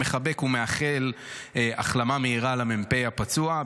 מחבק אותן ומאחל החלמה מהירה למ"פ הפצוע.